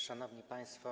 Szanowni Państwo!